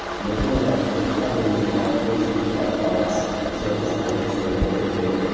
and they build up this vocabulary of ways thinking about cards so they're just more interesting, more vivid.